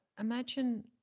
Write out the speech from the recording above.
imagine